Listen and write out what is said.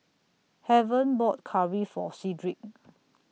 Heaven bought Curry For Cedric